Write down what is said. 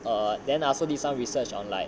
err then I also did some research online